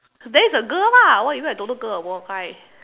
then it's a girl ah what you mean I don't know girl or boy guy